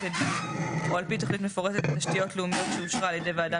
לדיור או על פי תוכנית מפורטת לתשתיות לאומיות שאושרה על ידי ועדה